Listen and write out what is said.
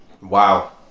Wow